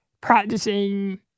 practicing